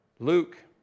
Luke